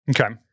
Okay